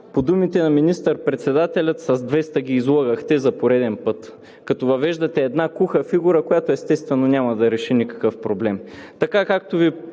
По думите на министър председателя – с 200 ги излъгахте, за пореден път, като въвеждате една куха фигура, която, естествено, няма да реши никакъв проблем